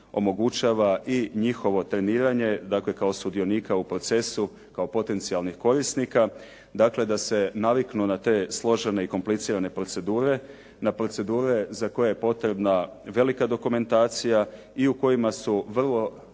omogućava i njihovo treniranje dakle kao sudionika u procesu, kao potencijalnih korisnika. Dakle da se naviknu na te složene i komplicirane procedure, na procedure za koje je potrebna velika dokumentacija i u kojima su vrlo